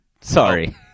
sorry